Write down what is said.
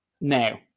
Now